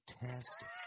Fantastic